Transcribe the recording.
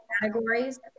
categories